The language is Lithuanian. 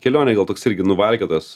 kelionė gal toks irgi nuvalkiotas